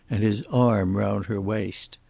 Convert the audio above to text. and his arm round her waist.